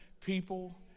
people